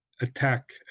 attack